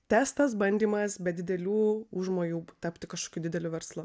testas bandymas be didelių užmojų tapti kažkokiu dideliu verslu